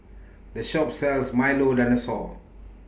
The Shop sells Milo Dinosaur